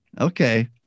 Okay